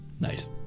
Nice